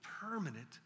permanent